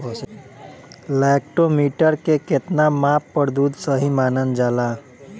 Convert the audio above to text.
Lactometer के कितना माप पर दुध सही मानन जाला?